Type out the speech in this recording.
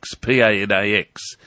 P-A-N-A-X